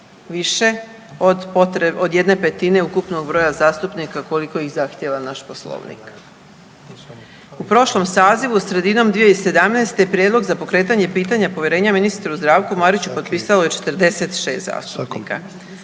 više od jedne petine ukupnog broja zastupnika koliko iz zahtijeva naš poslovnik. U prošlom sazivu sredinom 2017. Prijedlog za pokretanje pitanja povjerenja ministru Zdravu Mariću potpisalo je 46 zastupnika,